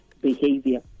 behavior